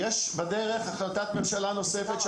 יש בדרך החלטת ממשלה נוספת,